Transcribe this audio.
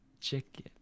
chicken